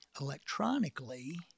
electronically